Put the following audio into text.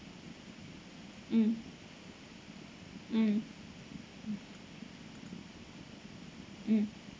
mm mm mm